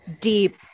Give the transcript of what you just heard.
deep